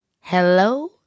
Hello